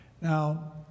Now